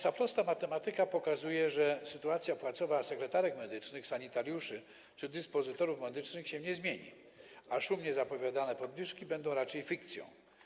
Ta prosta matematyka pokazuje, że sytuacja płacowa sekretarek medycznych, sanitariuszy czy dyspozytorów medycznych się nie zmieni, a szumnie zapowiadane podwyżki będą raczej fikcją.